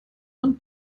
und